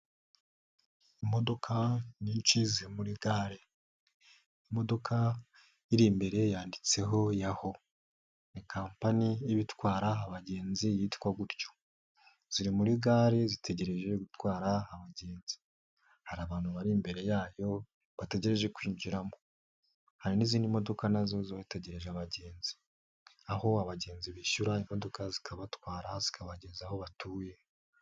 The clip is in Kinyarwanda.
Imodoka nyinshi ziri muri gare. Imodoka iri imbere yanditseho Yaho ni Company iba itwara abagenzi yitwa gutyo. Ziri muri gare zitegereje gutwara abagenzi. Hari abantu bari imbere yayo bategereje kwinjiramo. Hari n'izindi modoka nazo zategereje abagenzi, aho abagenzi bishyura imodoka zikabatwara zikabageza aho batuye.